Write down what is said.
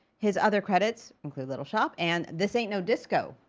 his other credits include little shop, and this ain't no disco.